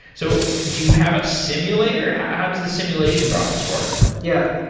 so do you have a simulator? how how does the simulation process work? yeah.